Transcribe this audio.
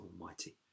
almighty